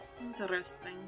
Interesting